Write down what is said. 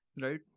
right